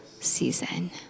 season